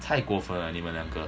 太过分了你们两个